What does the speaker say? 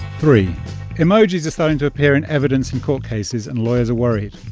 three emojis are starting to appear in evidence in court cases, and lawyers are worried.